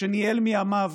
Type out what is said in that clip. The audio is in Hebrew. שניהל מימיו